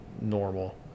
normal